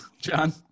John